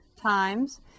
times